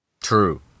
true